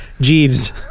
Jeeves